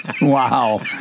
Wow